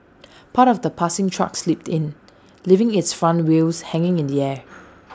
part of the passing truck slipped in leaving its front wheels hanging in the air